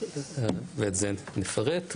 ואת זה נפרט,